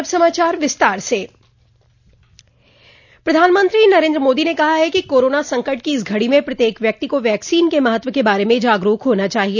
अब समाचार विस्तार से प्रधानमंत्री नरेन्द्र मोदी ने कहा है कि कोरोना संकट की इस घड़ी में प्रत्येक व्यक्ति को वैक्सीन के महत्व के बार में जागरूक होना चाहिए